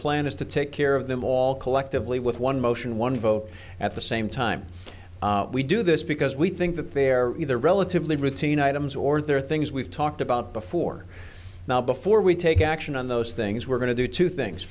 plan is to take care of them all collectively with one motion one vote at the same time we do this because we think that there are relatively routine items or there are things we've talked about before now before we take action on those things we're going to do two things